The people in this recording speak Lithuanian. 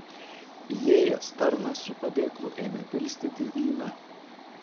įėjęs tarnas su padėklu ėmė pilstyti vyną